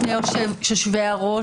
שני יושבי הראש,